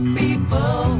people